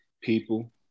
people